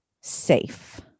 safe